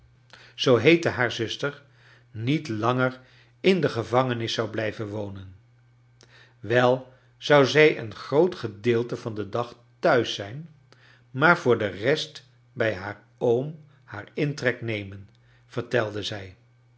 zoo heette haar zuster niet langer in de gevangenis zou blijven wonen wei zou zij een groot gedeelte van den dag thuis zijn maar voor de rest bij haar oom haar intrek nemen vertelde zij